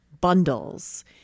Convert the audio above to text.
bundles